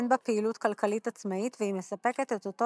אין בה פעילות כלכלית עצמאית והיא מספקת את אותו